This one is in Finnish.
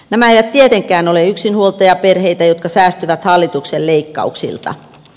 nämä eivät tietenkään ole yksinhuoltajaperheitä jotka säästyvät hallituksen leikkauksilta